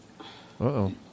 Uh-oh